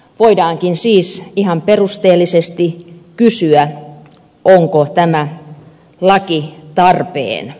voidaankin siis ihan perusteellisesti kysyä onko tämä laki tarpeen